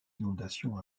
inondations